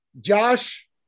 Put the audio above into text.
Josh